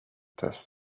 test